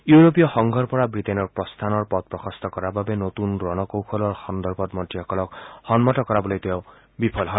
ইউৰোপীয় সংঘৰ পৰা ৱিটেইনৰ প্ৰস্থানৰ পথ প্ৰশস্ত কৰাৰ নতুন ৰণকৌশলৰ সন্দৰ্ভত মন্ত্ৰীসকলক সন্মত কৰাবলৈ তেওঁ বিফল হয়